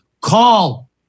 Call